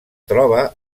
troba